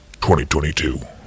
2022